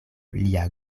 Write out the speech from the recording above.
lia